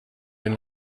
had